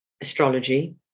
astrology